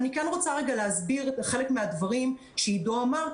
אני רוצה להסביר חלק מהדברים שעידו אמר.